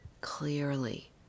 clearly